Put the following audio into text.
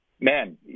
man